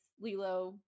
Lilo